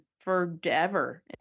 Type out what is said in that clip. forever